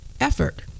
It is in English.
effort